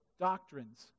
doctrines